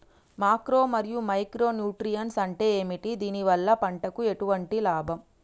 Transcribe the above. Macro మరియు micro nutrients అంటే ఏమిటి? దీనివల్ల పంటకు ఎటువంటి లాభం?